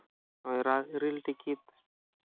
ticket